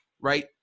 right